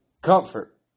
comfort